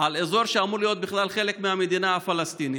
על אזור שאמור להיות בכלל חלק מהמדינה הפלסטינית.